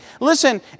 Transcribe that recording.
listen